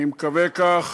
אני מקווה כך,